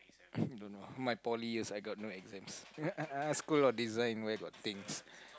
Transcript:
my poly is I got no exams school of design where got things